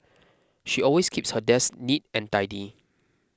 she always keeps her desk neat and tidy